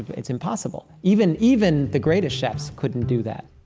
it's impossible. even even the greatest chefs couldn't do that